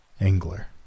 Angler